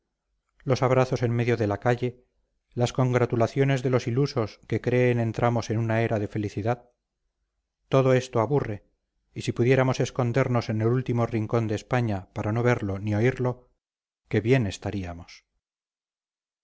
los abrazos en medio de la calle las congratulaciones de los ilusos que creen entramos en una era de felicidad todo esto aburre y si pudiéramos escondernos en el último rincón de españa para no verlo ni oírlo qué bien estaríamos